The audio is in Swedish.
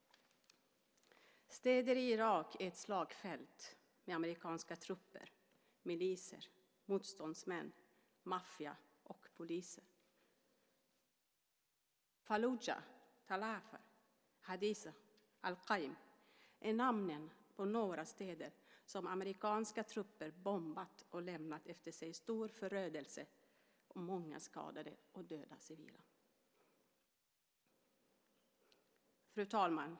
Städer i Irak är ett slagfält med amerikanska trupper, miliser, motståndsmän, maffia och poliser. Falluja, Tal Afar, Hadithah och Al Qaim är namnen på några städer där amerikanska trupper bombat och lämnat efter sig stor förödelse och många skadade och döda civila. Fru talman!